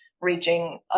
reaching